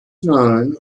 known